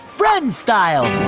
friends-style!